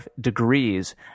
degrees